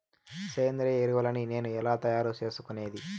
సేంద్రియ ఎరువులని నేను ఎలా తయారు చేసుకునేది?